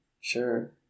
Sure